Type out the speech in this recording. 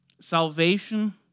Salvation